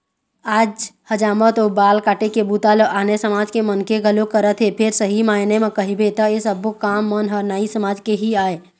आज हजामत अउ बाल काटे के बूता ल आने समाज के मनखे घलोक करत हे फेर सही मायने म कहिबे त ऐ सब्बो काम मन ह नाई समाज के ही आय